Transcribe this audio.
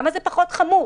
למה זה פחות חמור?